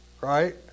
right